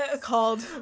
called